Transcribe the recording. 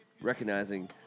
recognizing